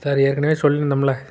sir ஏற்கனவே சொல்லிருந்தோம்ல